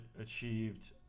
achieved